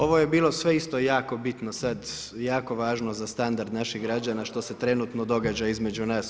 Ovo je bilo sve isto jako bitno sad jako važno za standard naših građana što se trenutno događa između nas.